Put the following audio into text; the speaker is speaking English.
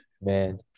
man